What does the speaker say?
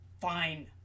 Fine